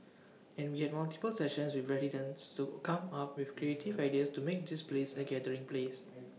and we had multiple sessions with residents to come up with creative ideas to make this place A gathering place